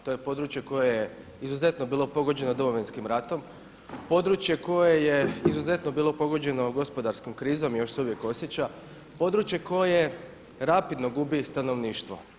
To je područje koje je izuzetno bilo pogođeno Domovinskim ratom, područje koje je izuzetno bilo pogođeno gospodarskom krizom i još se uvijek osjeća, područje koje rapidno gubi stanovništvo.